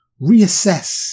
reassess